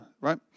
right